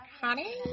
Honey